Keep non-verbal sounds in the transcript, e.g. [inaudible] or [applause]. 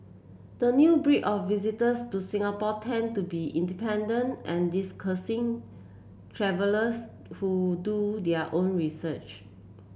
the new breed of visitors to Singapore tend to be independent and [unintelligible] travellers who do their own research